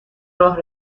راه